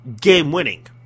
game-winning